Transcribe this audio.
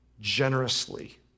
generously